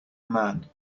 man